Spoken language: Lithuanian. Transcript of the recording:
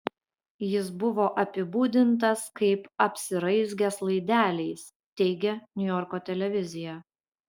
jis buvo apibūdintas kaip apsiraizgęs laideliais teigia niujorko televizija